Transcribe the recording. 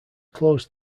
closed